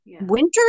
winter